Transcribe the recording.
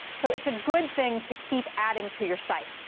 so it's a good thing to keep adding to your site.